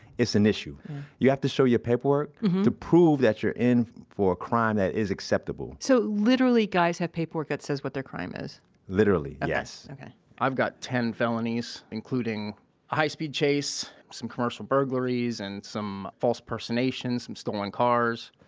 it's an issue you have to show your paperwork to prove that you're in for a crime that is acceptable so literally guys have paperwork that says what their crime is literally. yes okay i've got ten felonies, including a high-speed chase, some commercial burglaries, and some false personations, some stolen cars.